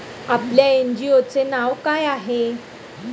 आपल्या एन.जी.ओ चे नाव काय आहे?